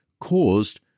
caused